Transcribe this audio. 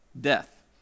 death